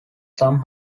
some